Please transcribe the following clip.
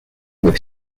with